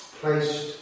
placed